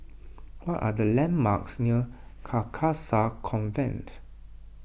what are the landmarks near Carcasa Convent